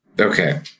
Okay